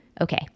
Okay